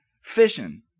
Fishing